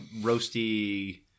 roasty